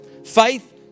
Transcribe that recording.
Faith